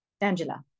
Angela